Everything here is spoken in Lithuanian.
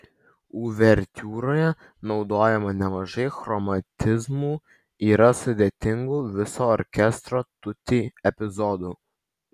uvertiūroje naudojama nemažai chromatizmų yra sudėtingų viso orkestro tutti epizodų